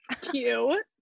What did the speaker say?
cute